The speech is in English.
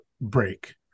break